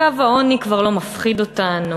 קו העוני כבר לא מפחיד אותנו,